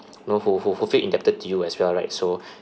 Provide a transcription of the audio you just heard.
you know who who who feel indebted to you as well right so